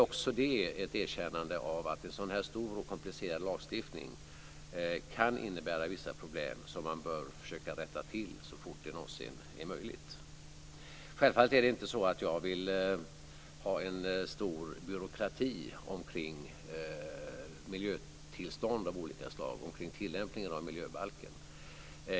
Också detta är ett erkännande av att en så här stor och komplicerad lagstiftning kan innebära vissa problem som man bör försöka rätta till så fort det någonsin är möjligt. Självfallet vill jag inte ha en stor byråkrati kring miljötillstånd av olika slag och kring tillämpningen av miljöbalken.